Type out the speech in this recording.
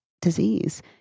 disease